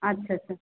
আচ্ছা আচ্ছা